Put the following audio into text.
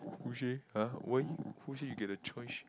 who say !huh! why who say you get a choice